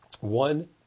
One